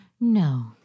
no